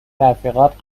رفیقات